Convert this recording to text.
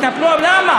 למה?